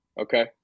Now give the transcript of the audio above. Okay